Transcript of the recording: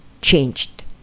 changed